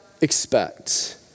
expect